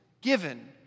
given